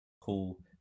Cool